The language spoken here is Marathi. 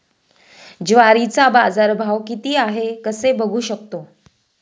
ज्वारीचा बाजारभाव किती आहे कसे बघू शकतो?